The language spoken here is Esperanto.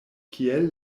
kiel